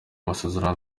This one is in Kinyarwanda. masezerano